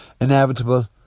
inevitable